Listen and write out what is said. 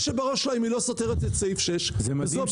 שבראש שלה אם היא לא סותרת את סעיף 6 וזאת בעיה.